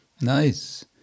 Nice